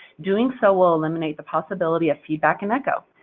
doing so will eliminate the possibility of feedback and echo.